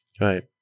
Right